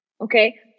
Okay